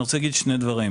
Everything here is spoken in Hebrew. אני רוצה להגיד שני דברים.